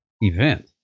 event